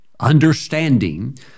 understanding